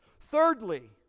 Thirdly